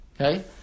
Okay